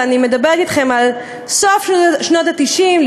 ואני מדברת אתכם על סוף שנות ה-90,